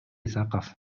исаков